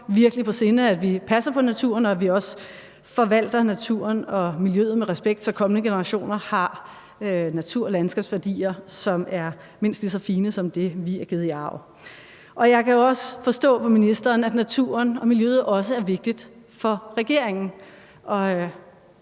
virkelig på sinde, at vi passer på naturen, og at vi også forvalter naturen og miljøet med respekt, så de kommende generationer har natur- og landskabsværdier, som er mindst lige så fine som det, vi er givet i arv. Jeg kan jo også forstå på ministeren, at naturen og miljøet også er vigtigt for regeringen